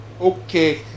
Okay